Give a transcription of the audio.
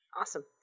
Awesome